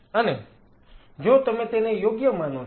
અને જો તમે તેને યોગ્ય માનો છો